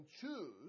choose